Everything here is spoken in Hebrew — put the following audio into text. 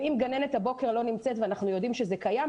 ואם גננת הבוקר לא נמצאת ואנחנו יודעים שזה קיים,